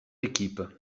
équipe